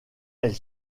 elle